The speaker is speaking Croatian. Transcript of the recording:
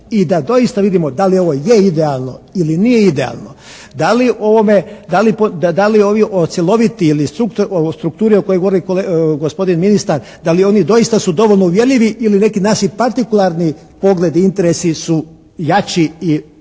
i da doista vidimo da li ovo je idealno ili nije idealno, da li ovome, da li ovi cjeloviti ili ovo strukturi o kojoj je govorio gospodin ministar da li oni doista su dovoljno uvjerljivi ili neki naši partikularni pogledi, interesi su jači i to je stvar